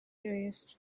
joyous